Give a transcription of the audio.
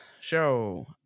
show